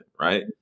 right